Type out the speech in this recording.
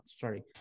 sorry